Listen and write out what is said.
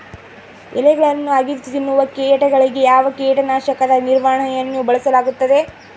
ಎಲೆಗಳನ್ನು ಅಗಿದು ತಿನ್ನುವ ಕೇಟಗಳಿಗೆ ಯಾವ ಕೇಟನಾಶಕದ ನಿರ್ವಹಣೆಯನ್ನು ಬಳಸಲಾಗುತ್ತದೆ?